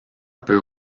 peut